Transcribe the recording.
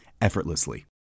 effortlessly